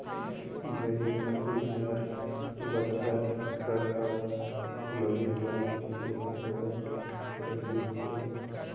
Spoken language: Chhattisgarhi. जैविक खातू ले हर बछर फसल हर बने ढंग ले होवत रहिस हे